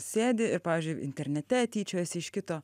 sėdi ir pavyzdžiui internete tyčiojasi iš kito